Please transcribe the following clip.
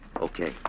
Okay